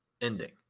ending